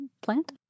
Plant